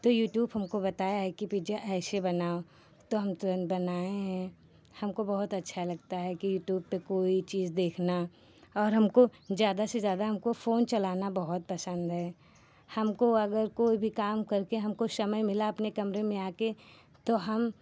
तो यूट्यूब ने हमको बताया है कि पिज्जा ऐसे बनाओ तो हम तुरन्त बनाए हैं हमको बहुत अच्छा लगता है कि यूट्यूब पर कोई चीज़ देखना और हमको ज़्यादा से ज़्यादा हमको फ़ोन चलाना बहुत पसन्द है हमको अगर कोई भी काम करके हमको समय मिला अपने कमरे में आकर तो हम